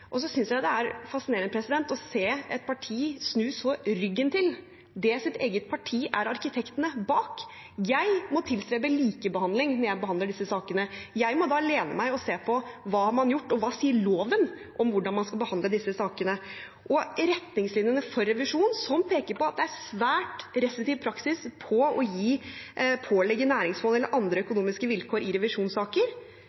Jeg syns det er fascinerende å se et parti snu så ryggen til det ens eget parti er arkitektene bak. Jeg må tilstrebe likebehandling når jeg behandler disse sakene. Jeg må da støtte meg til og se på hva man har gjort, og hva loven sier om hvordan man skal behandle disse sakene. Retningslinjene for revisjon, som peker på at det er svært restriktiv praksis på å pålegge næringsfond eller andre